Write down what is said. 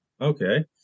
okay